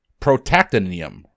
protactinium